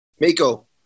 Miko